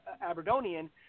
Aberdonian